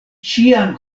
ĉiam